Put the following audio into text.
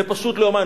זה פשוט לא ייאמן.